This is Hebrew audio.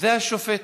זה השופט.